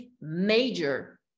major